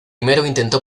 intentó